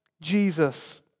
Jesus